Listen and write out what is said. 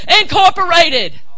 Incorporated